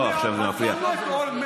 עכשיו זה מפריע?